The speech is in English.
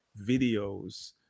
videos